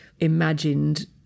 imagined